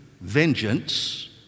vengeance